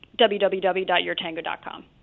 www.yourtango.com